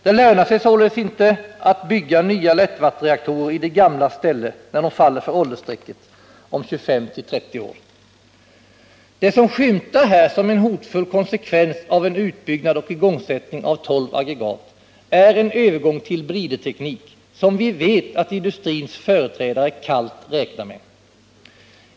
Det lönar sig således inte att bygga nyalättvattenreaktorer i de gamlas ställe när dessa faller för åldersstrecket om 25-30 år. Det som skymtar här som en hotfull konsekvens av en utbyggnad och igångsättning av tolv aggregat är en övergång till briderteknik, som vi vet att industrins företrädare kallt räknar med.